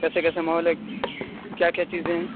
کیسے کیسے ماحول ہے کیا کیا چیزیں ہیں